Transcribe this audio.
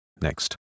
Next